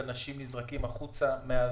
אנשים נזרקים החוצה מהזכאות?